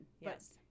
yes